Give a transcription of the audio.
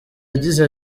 yagize